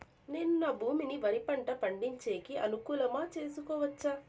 నేను నా భూమిని వరి పంట పండించేకి అనుకూలమా చేసుకోవచ్చా?